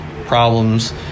problems